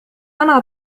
أنا